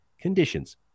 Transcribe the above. conditions